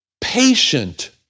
patient